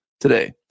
today